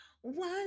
One